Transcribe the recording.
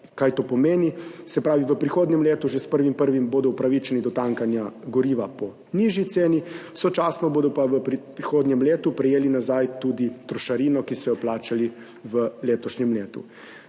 Kaj to pomeni? V prihodnjem letu že s 1. 1. bodo upravičeni do točenja goriva po nižji ceni, sočasno bodo pa v prihodnjem letu prejeli nazaj tudi trošarino, ki so jo plačali v letošnjem letu.